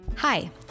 Hi